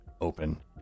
open